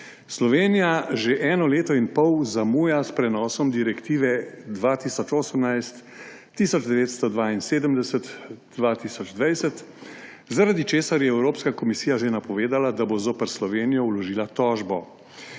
Slovenija že eno leto in pol zamuja s prenosom direktive 2018/1972 2020, zaradi česar je Evropska komisija že napovedala, da bo zoper Slovenijo vložila tožbo.